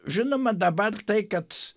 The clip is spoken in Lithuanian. žinoma dabar tai kad